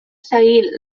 seguint